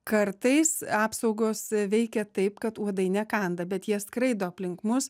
kartais apsaugos veikia taip kad uodai nekanda bet jie skraido aplink mus